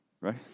right